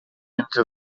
into